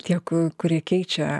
tie kur kurie keičia